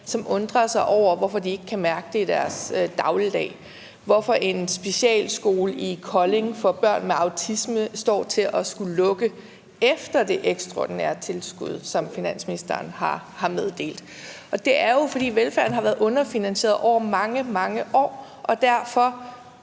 som undrer sig over, hvorfor de ikke kan mærke det i deres dagligdag. Hvorfor står en specialskole i Kolding for børn med autisme til at skulle lukke efter det ekstraordinære tilskud, som finansministeren har meddelt? Det er jo, fordi velfærden har været underfinansieret over mange, mange år, og derfor